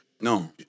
No